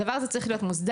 הדבר הזה צריך להיות מוסדר.